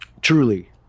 Truly